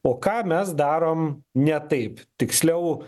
o ką mes darom ne taip tiksliau